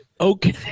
Okay